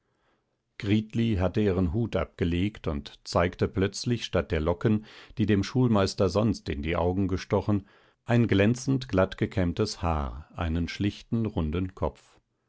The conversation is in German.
hatte ihren hut abgelegt und zeigte plötzlich statt der locken die dem schulmeister sonst in die augen gestochen ein glänzend glattgekämmtes haar einen schlichten runden kopf